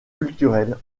culturel